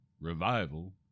revival